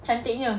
cantiknya